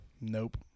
Nope